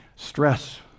stress